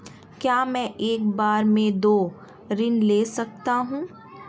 क्या मैं एक बार में दो ऋण ले सकता हूँ?